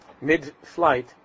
mid-flight